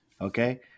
okay